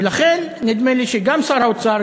ולכן נדמה לי שגם שר האוצר,